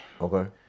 okay